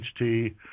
HT